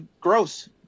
gross